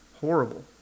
horrible